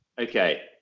Okay